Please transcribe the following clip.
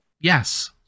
Yes